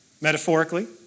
Metaphorically